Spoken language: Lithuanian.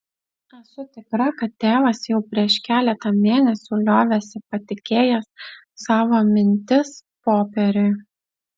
esu tikra kad tėvas jau prieš keletą mėnesių liovėsi patikėjęs savo mintis popieriui